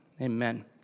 Amen